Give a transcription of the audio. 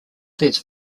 these